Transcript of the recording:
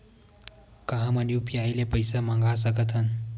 का हमन ह यू.पी.आई ले पईसा मंगा सकत हन?